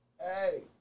Hey